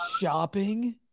shopping